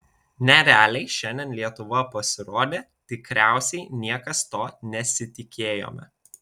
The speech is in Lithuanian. nerealiai šiandien lietuva pasirodė tikriausiai niekas to nesitikėjome